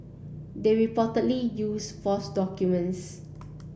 they reportedly use false documents